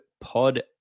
pod